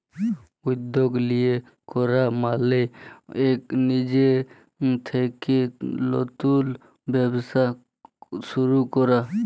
উদ্যগ লিয়ে ক্যরা মালে কল লিজে থ্যাইকে লতুল ব্যবসা শুরু ক্যরা